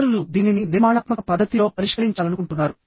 ఇతరులు దీనిని నిర్మాణాత్మక పద్ధతి లో పరిష్కరించాలనుకుంటున్నారు